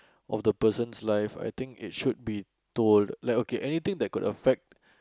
of the person's life I think it should be told like okay anything that could affect